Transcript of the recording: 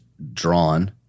Drawn